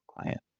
client